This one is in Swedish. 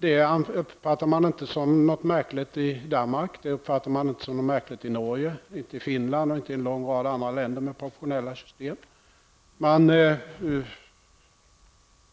Det uppfattar man inte som märkligt i Danmark, Norge, Finland och i en lång rad andra länder med proportionella valsystem. Man